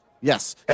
yes